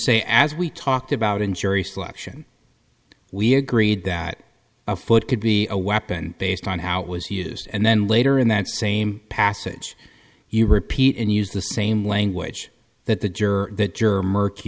say as we talked about in jury selection we agreed that a foot could be a weapon based on how it was he is and then later in that same passage you repeat and use the same language that the juror that you're murk